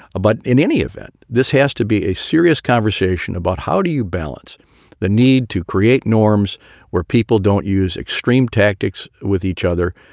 but in any event, this has to be a serious conversation about how do you balance the need to create norms where people don't use extreme tactics with each other.